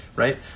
Right